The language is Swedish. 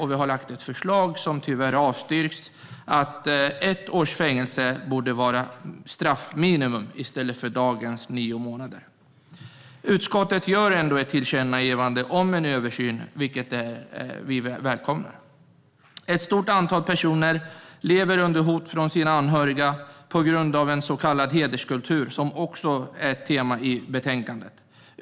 Vi har lagt ett förslag som tyvärr har avstyrkts om att ett års fängelse borde vara straffminimum i stället för dagens nio månader. Utskottet gör ändå ett tillkännagivande om en översyn, vilket vi välkomnar. Ett stort antal personer lever under hot från sina anhöriga på grund av en så kallad hederskultur, vilket också är ett tema i betänkandet.